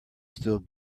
still